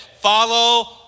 follow